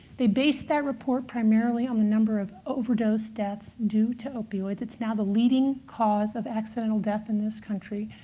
they based that report primarily on the number of overdose deaths due to opioids. it's now the leading cause of accidental death in this country.